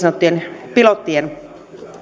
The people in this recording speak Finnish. sanottujen pilottien